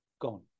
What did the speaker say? gone